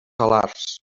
alars